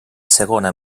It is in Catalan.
segona